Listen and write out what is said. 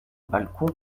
balcon